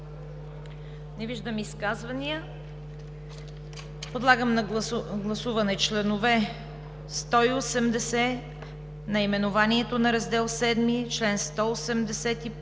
Не виждам изказвания. Подлагам на гласуване чл. 180, наименованието на Раздел VII, членове